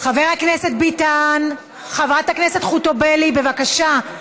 חבר הכנסת ביטן, חברת הכנסת חוטובלי, בבקשה,